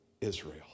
Israel